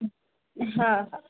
हा हा